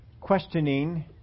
Questioning